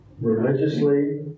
religiously